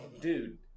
Dude